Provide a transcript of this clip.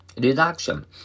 Reduction